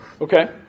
Okay